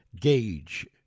gauge